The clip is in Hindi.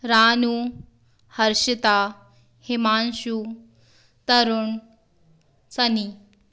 रानू हर्षिता हिमांशु तरुण सनी